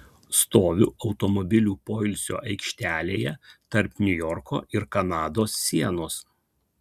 stoviu automobilių poilsio aikštelėje tarp niujorko ir kanados sienos